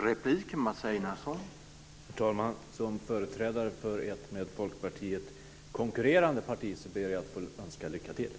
Herr talman! Som företrädare för ett med Folkpartiet konkurrerande parti ber jag att få önska lycka till.